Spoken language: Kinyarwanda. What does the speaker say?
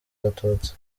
abatutsi